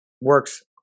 works